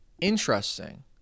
Interesting